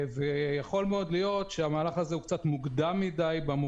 יכול מאוד להיות שהמהלך הזה הוא קצת מוקדם במובן